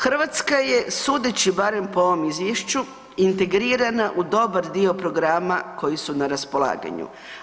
Hrvatska je sudeći barem po ovom izvješću integrirana u dobar dio programa koji su na raspolaganju.